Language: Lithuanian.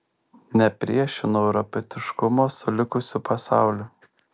nepriešinu europietiškumo su likusiu pasauliu